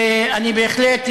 ואני בהחלט,